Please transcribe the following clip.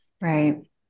right